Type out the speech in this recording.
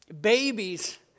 Babies